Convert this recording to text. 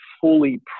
fully